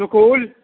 सुकुल